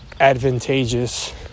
advantageous